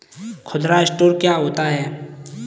खुदरा स्टोर क्या होता है?